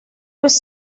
was